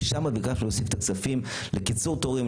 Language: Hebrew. שם ביקשנו להוסיף את הכספים לקיצור תורים,